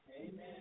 Amen